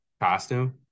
costume